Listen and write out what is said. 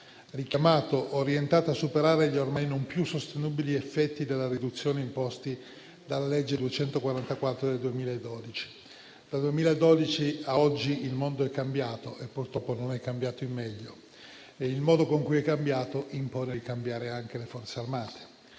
Poli, orientato a superare gli ormai non più sostenibili effetti della riduzione imposti dalla legge n. 244 del 2012. Dal 2012 a oggi il mondo è cambiato e, purtroppo, non è cambiato in meglio. E il modo in cui è cambiato impone di cambiare anche le Forze armate.